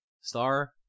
star